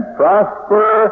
prosper